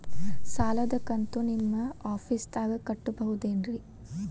ಸಾಲದ ಕಂತು ನಿಮ್ಮ ಆಫೇಸ್ದಾಗ ಕಟ್ಟಬಹುದೇನ್ರಿ?